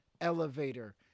elevator